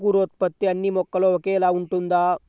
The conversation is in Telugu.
అంకురోత్పత్తి అన్నీ మొక్కలో ఒకేలా ఉంటుందా?